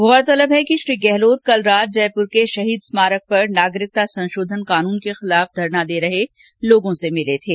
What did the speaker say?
गौरतलब है कि श्री गहलोत कल रात जयपुर के शहीद स्मारक पर नागरिकता संशोधन कानून के खिलाफ धरना दे रहे लोगों से मिले थे